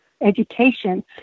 education